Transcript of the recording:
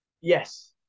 yes